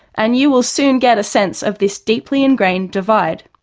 and you will soon get a sense of this deeply ingrained divide.